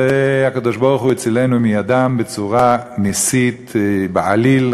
והקדוש-ברוך-הוא הצילנו מידם בצורה נסית בעליל.